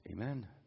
amen